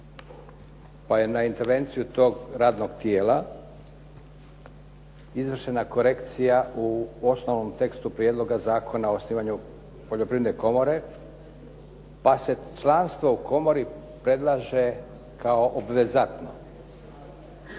pa je na intervenciju tog radnog tijela izvršena korekcija u osnovnom tekstu Prijedloga zakona o osnivanju Poljoprivredne komore, pa se članstvo u komoru predlaže kao obvezatno.